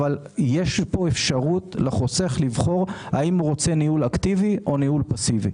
יש אפשרות לחוסך לבחור האם הוא רוצה ניהול אקטיבי או ניהול פסיבי.